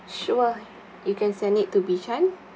sure you can send it to bishan